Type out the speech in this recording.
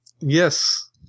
yes